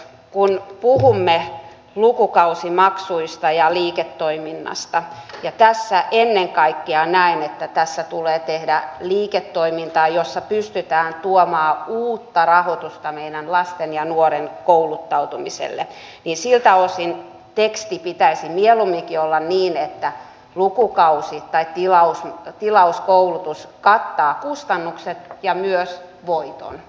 kun puhumme lukukausimaksuista ja liiketoiminnasta ja tässä ennen kaikkea näen että tässä tulee tehdä liiketoimintaa jossa pystytään tuomaan uutta rahoitusta meidän lasten ja nuorten kouluttautumiselle niin siltä osin tekstin pitäisi mieluumminkin olla niin että lukukausimaksu tai tilauskoulutus kattaa kustannukset ja myös voiton